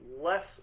less